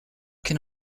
can